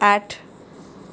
આઠ